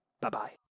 Bye-bye